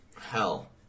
Hell